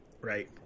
right